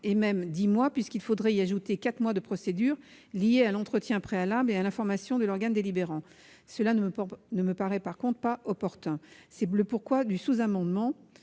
et même dix mois, puisqu'il faudrait y ajouter quatre mois de procédure liée à l'entretien préalable et à l'information de l'organe délibérant. Cela ne me paraît pas opportun. Je vous soumets donc un sous-amendement,